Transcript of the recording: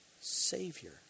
savior